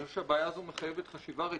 ואני חושב שהבעיה הזו מחייבת חשיבה רצינית.